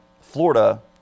Florida